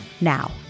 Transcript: now